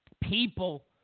people